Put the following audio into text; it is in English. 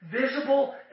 visible